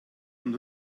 und